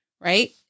right